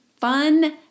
fun